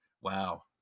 Wow